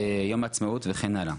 יום עצמאות וכן הלאה,